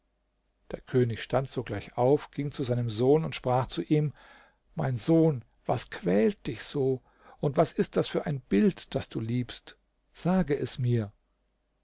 der könig stand sogleich auf ging zu seinem sohn und sprach zu ihm mein sohn was quält dich so und was ist das für ein bild das du liebst sage es mir